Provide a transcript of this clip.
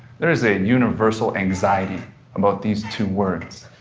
there is a universal anxiety about these two words.